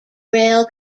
rail